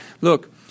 Look